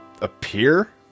appear